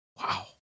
Wow